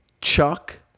Chuck